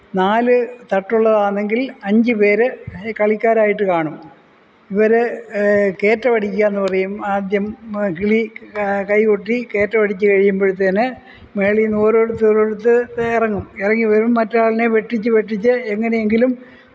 നാല് തട്ടുള്ളതാണെങ്കില് അഞ്ച് പേർ കളിക്കാരായിട്ട് കാണും ഇവർ കയറ്റം അടിക്കുകയെന്ന് പറയും ആദ്യം കിളി കൈകൊട്ടി കയറ്റം അടിച്ച് കഴിയുമ്പോഴത്തേന് മുകളിൽ നിന്നോരോരുത്തരോരുത്തർ ഇറങ്ങും ഇറങ്ങി വരും മറ്റൊരൊളിനെ വെട്ടിച്ച് വെട്ടിച്ച് എങ്ങനെയെങ്കിലും